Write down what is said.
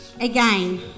Again